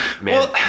man